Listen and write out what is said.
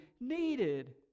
needed